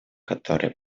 которые